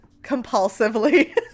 compulsively